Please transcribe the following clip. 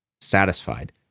satisfied